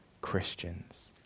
Christians